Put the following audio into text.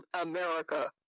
America